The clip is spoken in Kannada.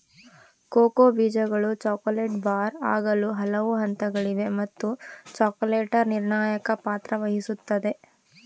ಕೋಕೋ ಬೀಜಗಳು ಚಾಕೊಲೇಟ್ ಬಾರ್ ಆಗಲು ಹಲವು ಹಂತಗಳಿವೆ ಮತ್ತು ಚಾಕೊಲೇಟರ್ ನಿರ್ಣಾಯಕ ಪಾತ್ರ ವಹಿಸುತ್ತದ